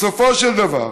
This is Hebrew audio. בסופו של דבר,